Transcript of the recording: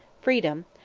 freedom,